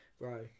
bro